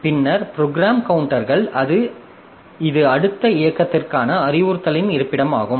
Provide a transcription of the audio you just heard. பின்னர் ப்ரோக்ராம் கவுண்டர்கள் இது அடுத்த இயக்கத்திற்கான அறிவுறுத்தலின் இருப்பிடமாகும்